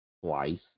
twice